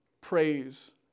praise